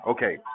Okay